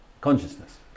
consciousness